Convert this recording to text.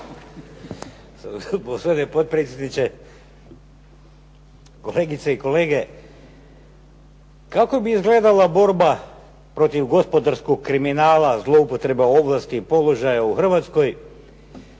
Gospodine predsjedniče, kolegice i kolege. Kako bi izgledala borba protiv gospodarskog kriminala, zloupotrebe ovlasti, položaja u Hrvatskoj